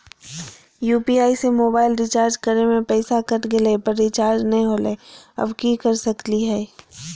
UPI से mobile recharge करे में पैसा कट गेलई, पर रिचार्ज नई होलई, अब की कर सकली हई?